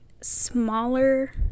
smaller